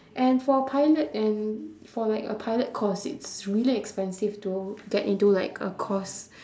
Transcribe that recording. and for pilot and for like a pilot course it's really expensive to get into like a course